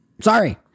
Sorry